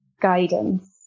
guidance